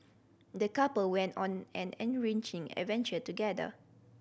the couple went on an enriching adventure together